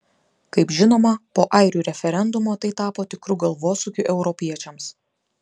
kaip žinoma po airių referendumo tai tapo tikru galvosūkiu europiečiams